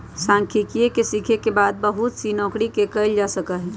सांख्यिकी के सीखे के बाद बहुत सी नौकरि के कइल जा सका हई